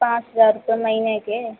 पाँच हज़ार रुपये महीने के